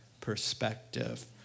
perspective